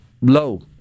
low